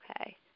Okay